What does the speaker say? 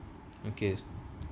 okay